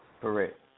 Correct